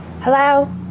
hello